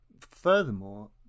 furthermore